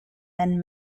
then